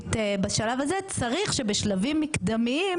השיפוטית בשלב הזה צריך שבשלבים מקדמיים